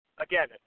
again